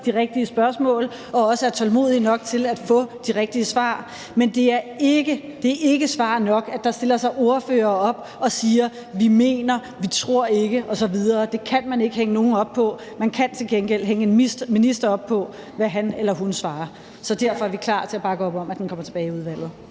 de rigtige spørgsmål og også er tålmodige nok til at få de rigtige svar. Men det er ikke svar nok – det er ikke svar nok – at der stiller sig ordførere op og siger, at de mener noget eller de ikke tror noget andet osv. Det kan man ikke hænge nogen op på. Man kan til gengæld hænge en minister op på, hvad han eller hun svarer. Derfor er vi klar til at bakke op om, at lovforslaget kommer tilbage i udvalget.